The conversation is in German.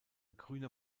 grüner